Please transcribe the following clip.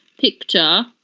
picture